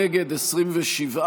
נגד,27,